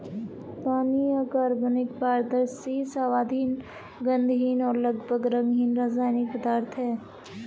पानी अकार्बनिक, पारदर्शी, स्वादहीन, गंधहीन और लगभग रंगहीन रासायनिक पदार्थ है